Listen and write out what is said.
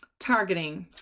targeting.